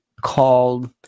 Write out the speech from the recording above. called